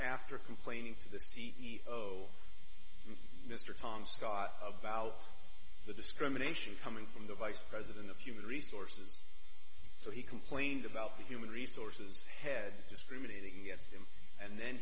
after complaining to the seat oh mr tom scott about the discrimination coming from the vice president of human resources so he complained about the human resources head discriminating against him and then